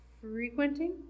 frequenting